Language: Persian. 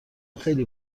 خیلی